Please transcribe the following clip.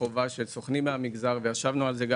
חובה של סוכנים מהמגזר וישבנו על זה.